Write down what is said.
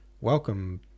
Welcome